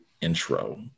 intro